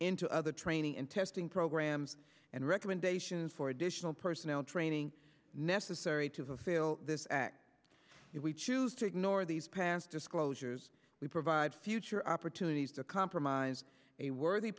into other training and testing programs and recommendations for additional personnel training necessary to fulfill this act if we choose to ignore these past disclosures we provide future opportunities to compromise a worthy